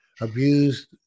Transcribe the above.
abused